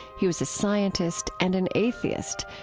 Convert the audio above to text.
he was a scientist and an atheist,